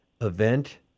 event